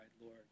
Lord